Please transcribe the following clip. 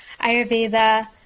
Ayurveda